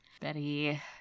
Betty